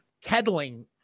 kettling